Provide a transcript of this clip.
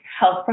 health